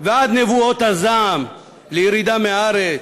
ועד נבואות הזעם של ירידה מהארץ,